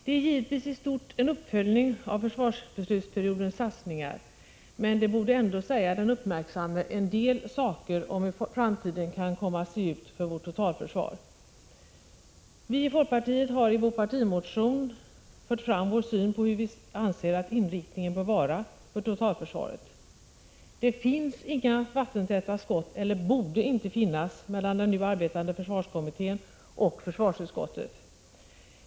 Det är givetvis i stort en uppföljning av försvarsbeslutsperiodens satsningar, men det borde ändå säga den uppmärksamme en del saker om hur framtiden kan komma att se ut för vårt totalförsvar. Vii folkpartiet har i vår partimotion fört fram vår syn på hur vi anser att inriktningen bör vara för totalförsvaret. Det finns inga vattentäta skott, eller borde inte finnas, mellan den nu arbetande försvarskommittén och försvarsutskottet.